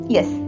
Yes